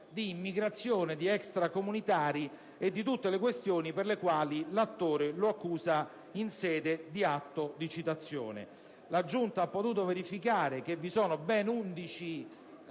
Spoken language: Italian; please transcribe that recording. di immigrazione di extracomunitari e di tutte le questioni per le quali l'attore lo accusa nell'atto di citazione. La Giunta, avendo potuto verificare che vi sono ben 11 atti